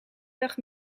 dag